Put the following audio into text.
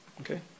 Okay